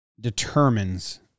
Determines